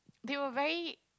they were very